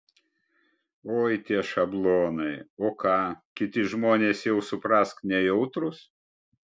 oi tie šablonai o ką kiti žmonės jau suprask nejautrūs